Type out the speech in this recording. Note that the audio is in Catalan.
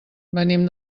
venim